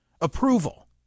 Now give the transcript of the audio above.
approval